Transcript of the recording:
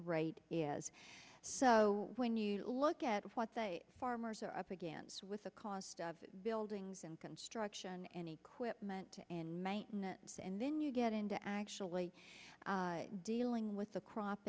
rate is so when you look at what the farmers are up against with the cost of buildings and construction and equipment and maintenance and then you get into actually dealing with the crop